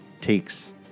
takes